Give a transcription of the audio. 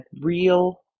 real